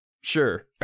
Sure